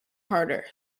harder